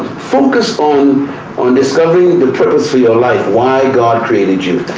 focus on on discovering the purpose for your life. why god created you,